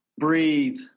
Breathe